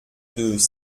deux